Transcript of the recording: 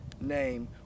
name